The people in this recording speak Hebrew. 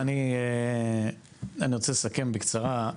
אני רוצה לסכם בקצרה,